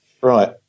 Right